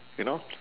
you know